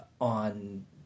on